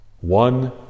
one